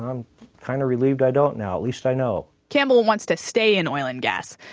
i'm kind of relieved i don't now, at least i know. campbell wants to stay in oil and gas.